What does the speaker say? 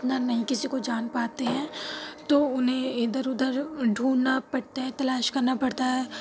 اتنا نہیں کسی کو جان پاتے ہیں تو انہیں ادھر ادھر ڈھونڈنا پڑتا ہے تلاش کرنا پڑتا ہے